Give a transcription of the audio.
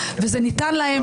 וזה ניתן להם,